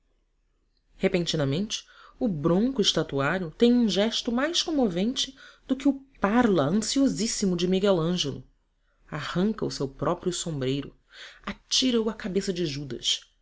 repentinamente o bronco estatuário tem um gesto mais comovedor do que o parla ansiosíssimo de miguel ângelo arranca o seu próprio sombreiro atira o à cabeça do judas